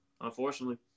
unfortunately